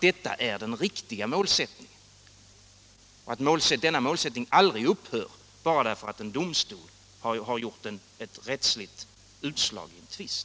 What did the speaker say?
Detta är den riktiga målsättningen. Denna målsättning upphör aldrig bara därför att en domstol gjort ett rättsligt utslag i en tvist.